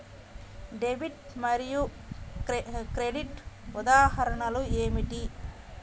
Debit మరియు credit ఉదాహరణలు ఏమిటీ?